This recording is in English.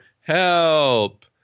help